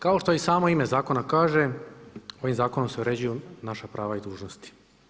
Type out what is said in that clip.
Kao što i samo ime zakona kaže ovim zakonom se uređuju naša prava i dužnosti.